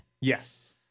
Yes